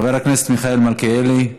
חבר הכנסת מיכאל מלכיאלי,